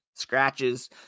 Scratches